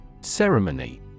Ceremony